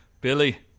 Billy